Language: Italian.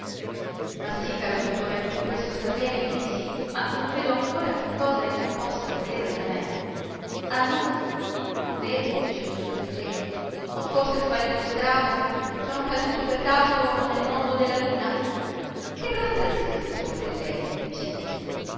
ma sì caro dottore tutto questo sta bene gli dissi ma non vedo ancora che cosa ella possa volere da me ah no non vede fece il dottor fileno ho forse sbagliato strada sono caduto per caso nel mondo della luna ma che razza di scrittore è lei scusi